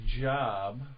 job